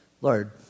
Lord